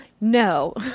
No